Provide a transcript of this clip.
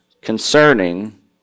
concerning